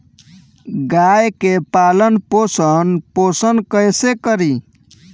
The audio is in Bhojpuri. गाय के पालन पोषण पोषण कैसे करी?